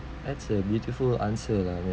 that's a beautiful answer lah min